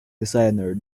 designer